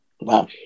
Wow